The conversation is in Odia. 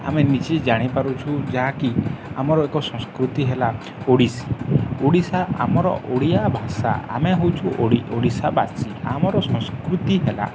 ଆମେ ନିଜେ ଜାଣିପାରୁଛୁ ଯାହାକି ଆମର ଏକ ସଂସ୍କୃତି ହେଲା ଓଡ଼ିଶୀ ଓଡ଼ିଶା ଆମର ଓଡ଼ିଆ ଭାଷା ଆମେ ହେଉଛୁ ଓଡ଼ିଶା ବାସୀ ଆମର ସଂସ୍କୃତି ହେଲା